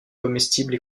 comestible